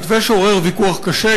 מתווה שעורר ויכוח קשה,